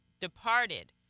departed